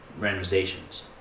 randomizations